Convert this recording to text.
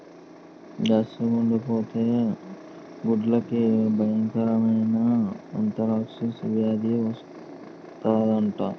జార్తగుండకపోతే గొడ్లకి బయంకరమైన ఆంతరాక్స్ వేది వస్తందట